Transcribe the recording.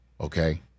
Okay